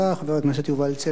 חבר הכנסת יובל צלנר,